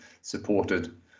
supported